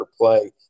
play